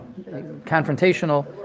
confrontational